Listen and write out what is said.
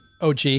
OG